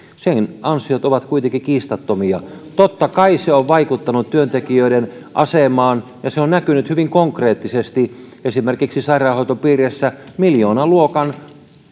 näin edelleen ansiot ovat kuitenkin kiistattomia totta kai se on vaikuttanut työntekijöiden asemaan ja se on näkynyt hyvin konkreettisesti esimerkiksi sairaanhoitopiireissä miljoonaluokan